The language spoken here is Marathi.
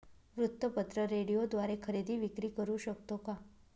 वृत्तपत्र, रेडिओद्वारे खरेदी विक्री करु शकतो का?